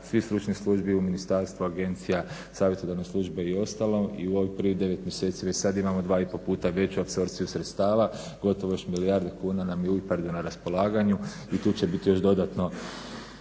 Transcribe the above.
svih stručnih službi u Ministarstvu, agencija, savjetodavne službe i ostalo i u ovih prvih 9 mjeseci već sad imamo 2,5 puta veću apsorpciju sredstava, gotovo još milijardu kuna nam je u IPARD-u na raspolaganju i tu će biti još dodatno